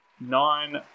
nine